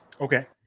Okay